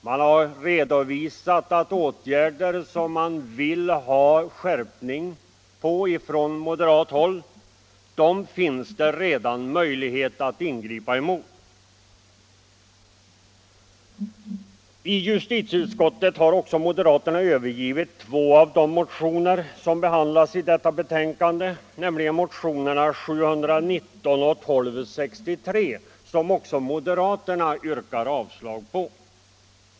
Man har redovisat att det redan finns möjligheter att ingripa i de avseenden där moderaterna vill ha en skärpning. I justitieutskottet har också moderaterna övergivit två av de motioner som behandlas i detta betänkande, nämligen motionerna 719 och 1263, som alltså också moderaterna yrkar avslag på.